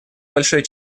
большой